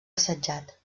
assetjat